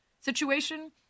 situation